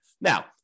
Now